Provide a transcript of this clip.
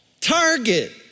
Target